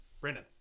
Brandon